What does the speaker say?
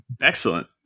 Excellent